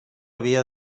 havia